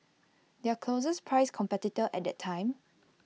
their closest priced competitor at that time